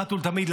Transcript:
אחת ולתמיד,